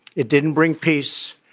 it didn't bring peace.